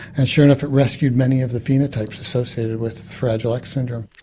and sure enough it rescued many of the phenotypes associated with fragile x syndrome.